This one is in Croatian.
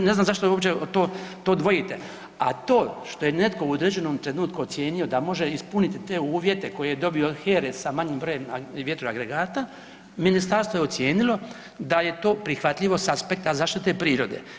Ne znam zašto uopće to dvojite, a to što je netko u određenom trenutku ocijenio da može ispuniti te uvjete koje je dobio od HERA-e sa manjim brojem vjetroagregata ministarstvo je ocijenilo da je to prihvatljivo sa aspekta zaštite prirode.